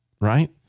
right